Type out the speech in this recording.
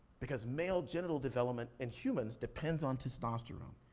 because male genital development in humans depends on testosterone.